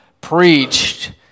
preached